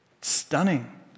Stunning